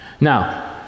Now